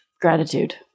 gratitude